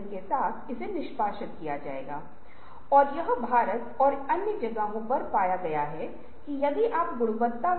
कम से कम स्पष्ट रूप से सीखने वाले छात्रों को किसी तरह से पुरस्कृत किया जा सकता है